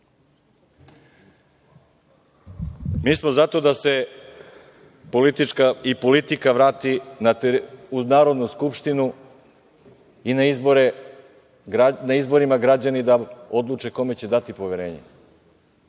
smo za to da se i politika vrati u Narodnu skupštinu i da na izborima građani odluče kome će dati poverenje,